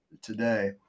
today